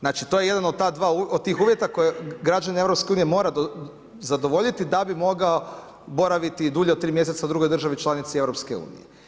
Znači to je jedan od tih uvjeta koje građani EU mora zadovoljiti da bi mogao boraviti i dulje od tri mjeseca u drugoj državi članici EU.